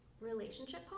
relationship